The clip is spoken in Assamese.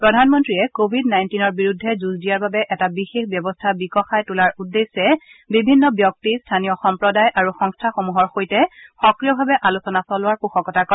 প্ৰধানমন্ত্ৰীয়ে কৱিড নাইণ্টিনৰ বিৰুদ্ধে যুঁজ দিয়াৰ বাবে এটা বিশেষ ব্যৱস্থা বিকশাই তোলাৰ উদ্দেশ্যে বিভিন্ন ব্যক্তি স্থানীয় সম্প্ৰদায় আৰু সংস্থাসমূহৰ সৈতে সক্ৰিয়ভাৱে আলোচনা চলোৱাৰ পোষকতা কৰে